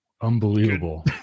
Unbelievable